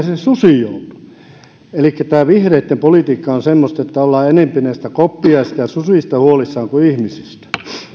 se susi joutui elikkä tämä vihreitten politiikka on semmoista että ollaan enempi näistä koppiaisista ja susista huolissaan kuin ihmisistä